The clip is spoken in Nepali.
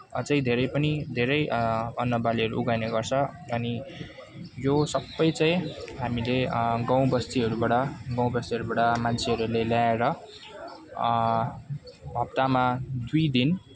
अझै धेरै पनि धेरै अन्नबालीहरू उमारिने गर्छ अनि यो सबै चाहिँ हामीले गाउँबस्तीहरूबाट गाउँबस्तीहरूबाट मान्छेहरूले ल्याएर हप्तामा दुई दिन